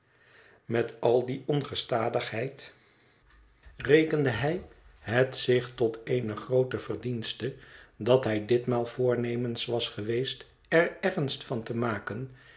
met al die ongestadigheid rekende hij het zich tot eene groote verdienste dat hij ditmaal voornemens was geweest er ernst van te maken